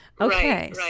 okay